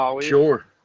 Sure